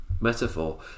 metaphor